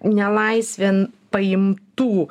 nelaisvėn paimtų